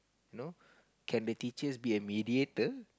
you know can the teachers by a mediator